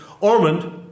Ormond